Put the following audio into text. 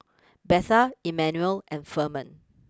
Betha Immanuel and Ferman